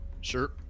sure